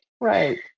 Right